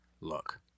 look